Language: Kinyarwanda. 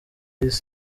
isi